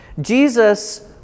Jesus